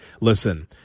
Listen